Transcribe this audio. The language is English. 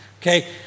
Okay